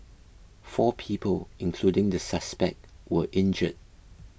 four people including the suspect were injured